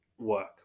work